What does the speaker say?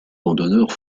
randonneurs